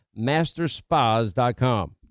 masterspas.com